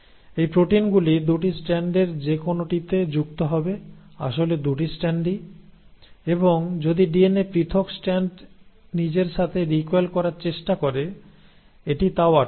এই প্রোটিনগুলি 2 টি স্ট্র্যান্ডের যেকোনোটিতে যুক্ত হবে আসলে দুটি স্ট্র্যান্ডই এবং যদি ডিএনএ পৃথক স্ট্যান্ড নিজের সাথে রিকয়েল করার চেষ্টা করে এটি তাও আটকাবে